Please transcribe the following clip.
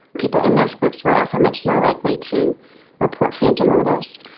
people in those groups were also much more likely to report phantom odours.